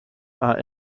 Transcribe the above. are